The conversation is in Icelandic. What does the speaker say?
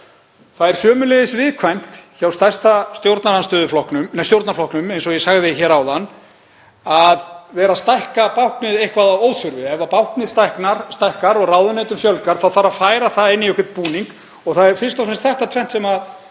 Það er sömuleiðis viðkvæmt hjá stærsta stjórnarflokknum, eins og ég sagði hér áðan, að vera að stækka báknið eitthvað að óþörfu. Ef báknið stækkar og ráðuneytum fjölgar þá þarf að færa það í einhvern búning og það er fyrst og fremst þetta tvennt sem